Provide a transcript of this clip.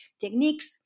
techniques